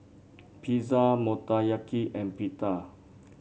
Pizza Motoyaki and Pita